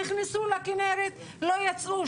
נכנסו לכינרת- לא יצאו.